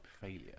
failure